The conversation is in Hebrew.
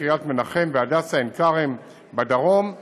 לקריית מנחם והדסה עין כרם בדרום-מערב,